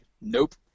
nope